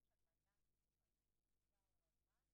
במידה ויש ילדים,